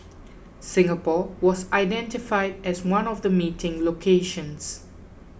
Singapore was identified as one of the meeting locations